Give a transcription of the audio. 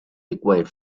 required